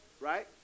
right